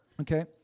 Okay